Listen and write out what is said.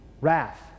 wrath